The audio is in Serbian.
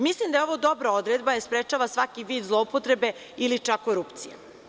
Mislim da je ovo dobra odredba jer sprečava svaki vid zloupotrebe ili čak korupcije.